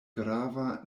grava